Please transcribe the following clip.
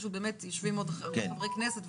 יושבים עוד חברי כנסת,